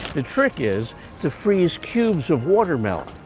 the trick is to freeze cubes of water melon.